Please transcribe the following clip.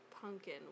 pumpkin